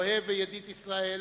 אוהב וידיד ישראל,